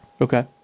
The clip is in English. Okay